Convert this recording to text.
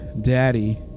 daddy